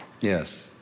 yes